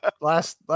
last